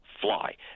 fly